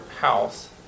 house